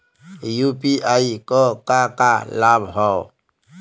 UPI क का का लाभ हव?